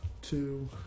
two